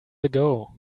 ago